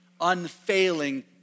unfailing